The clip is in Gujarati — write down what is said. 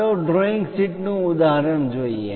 ચાલો ડ્રોઈંગ શીટ નું ઉદાહરણ જોઈએ